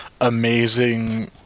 amazing